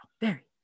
very